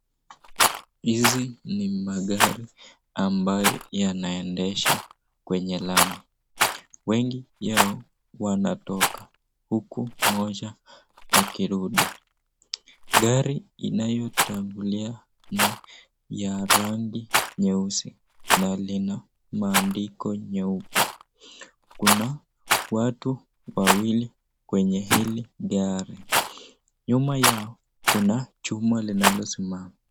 Hizi ni magari ambae yanaendesha kwenye lami. Wengi yao wanatoka huku moja akirudi. Gari inayotangulia ni ya rangi nyeusi na lina maandiko meupe. Kuna watu wawili kwenye hili gari. Nyuma yao kuna chuma linalosimama.